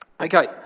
Okay